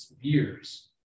years